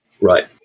Right